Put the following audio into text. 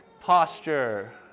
posture